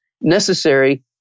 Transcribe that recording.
necessary